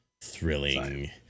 Thrilling